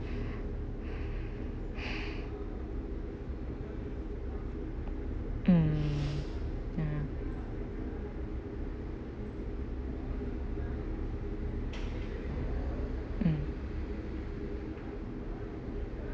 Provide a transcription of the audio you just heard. mm mm mm